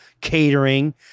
catering